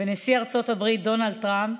ונשיא ארצות הברית דונלד טראמפ,